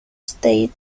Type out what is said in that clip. state